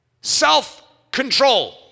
self-control